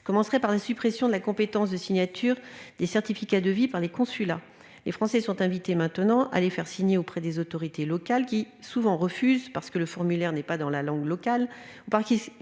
Je commencerai par la suppression de la compétence de signature des certificats de vie par les consulats. Les Français sont désormais invités à faire signer ces documents par les autorités locales, qui, souvent, refusent parce que le formulaire n'est pas dans la langue locale ou que cet acte ne leur